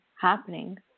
happening